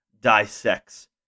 dissects